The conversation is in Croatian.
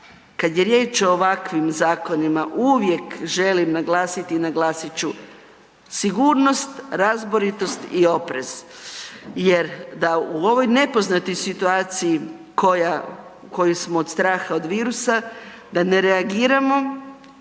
kad je riječ o ovakvim zakonima uvijek želim naglasiti i naglasit ću, sigurnost, razboritost i oprez jer da u ovoj nepoznatoj situaciji koja, koju smo od straha od virusa, da ne reagiramo